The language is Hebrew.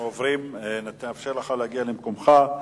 נאפשר לך להגיע למקומך.